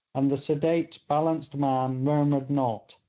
and the sedate, balanced man murmured not,